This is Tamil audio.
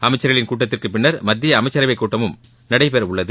அமைச்சர்களின் கூட்டத்திற்குப் பின்னர் மத்திய அமைச்சரவைக் கூட்டமும் நடைபெற உள்ளது